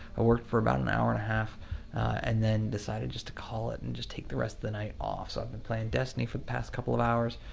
i worked for about an hour-and-a-half and then decided just to call it and just take the rest of the night off. so, i've been playing destiny for the past couple of hours.